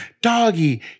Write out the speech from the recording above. doggy